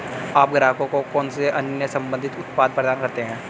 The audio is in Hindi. आप ग्राहकों को कौन से अन्य संबंधित उत्पाद प्रदान करते हैं?